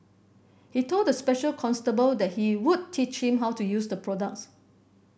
he told the special constable that he would teach him how to use the products